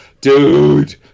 dude